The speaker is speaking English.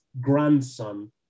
grandson